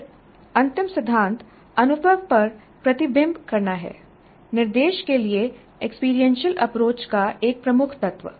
फिर अंतिम सिद्धांत अनुभव पर प्रतिबिंबि करना है निर्देश के लिए एक्सपीरियंशियल अप्रोच का एक प्रमुख तत्व